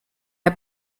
der